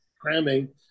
cramming